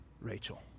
Rachel